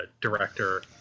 director